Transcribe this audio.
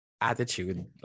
Attitude